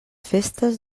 festes